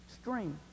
stream